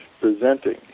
presenting